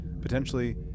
potentially